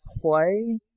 play